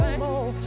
more